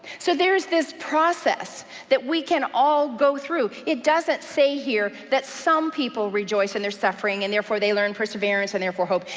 so there is this process that we can all go through. it doesn't say here that some people rejoice in their suffering, and therefore they learn perseverance, and therefore hope.